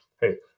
hey